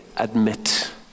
Admit